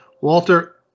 Walter